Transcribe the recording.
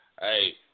Hey